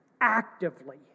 actively